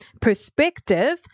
perspective